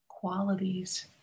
qualities